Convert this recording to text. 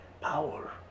power